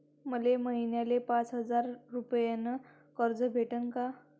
मले महिन्याले पाच हजार रुपयानं कर्ज भेटन का?